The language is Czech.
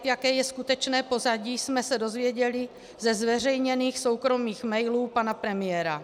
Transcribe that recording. Jaké je skutečné pozadí, jsme se dozvěděli ze zveřejněných soukromých mailů pana premiéra.